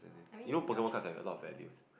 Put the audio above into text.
you know Pokemon cards have a lot of value